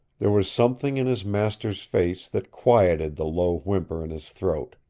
there was something in his master's face that quieted the low whimper in his throat.